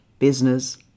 business